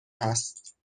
هست